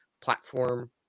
platform